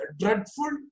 dreadful